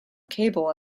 cable